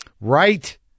Right